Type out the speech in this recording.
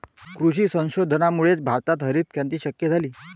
कृषी संशोधनामुळेच भारतात हरितक्रांती शक्य झाली